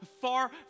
far